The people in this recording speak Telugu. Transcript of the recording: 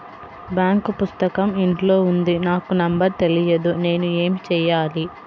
బాంక్ పుస్తకం ఇంట్లో ఉంది నాకు నంబర్ తెలియదు నేను ఏమి చెయ్యాలి?